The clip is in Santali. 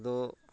ᱟᱫᱚ